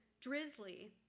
drizzly